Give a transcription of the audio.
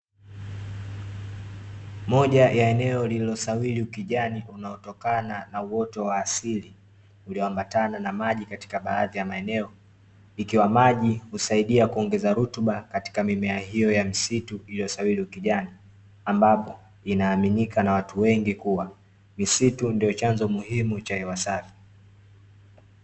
Moja ya eneo linalosawili ukijani unatokana na uoto wa asili , ulioambata na maji katika baadhi ya maeneo. Ikiwa maji husaidia kuongeza rutuba katika mimea hiyo ya misitu niliyosawia ukijani ambapo inaaminika na watu wengi kuwa misitu ndio chanzo muhimu cha hewa safi.